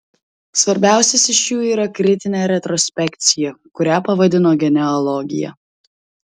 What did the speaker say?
svarbiausias iš jų yra kritinė retrospekcija kurią pavadino genealogija